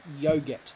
yogurt